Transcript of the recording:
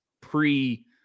pre